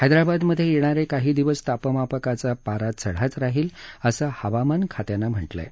हप्रीबादमधे येणारे काही दिवस तापमापकाचा पारा चढाच राहील असं हवामान खात्यानं म्हाक्रिं आहे